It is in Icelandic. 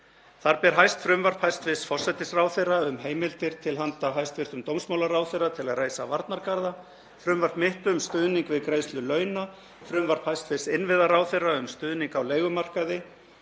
Þar ber hæst frumvarp hæstv. forsætisráðherra um heimildir til handa hæstv. dómsmálaráðherra til að reisa varnargarða, frumvarp mitt um stuðning við greiðslu launa, frumvarp hæstv. innviðaráðherra um stuðning á leigumarkaði